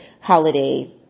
holiday